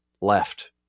left